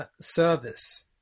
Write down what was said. service